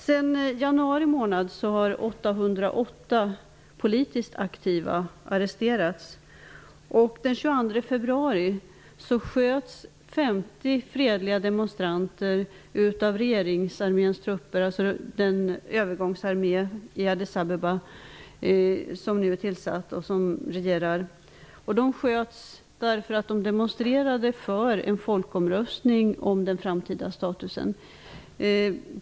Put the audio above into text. Sedan januari månad har 808 politiskt aktiva arresterats. Den 22 februari sköts 50 fredliga demonstranter av regeringsarméns trupper, dvs. övergångsregeringen i Addis Abbeba. De sköts därför att de demonstrerade för en folkomröstning om den framtida statusen.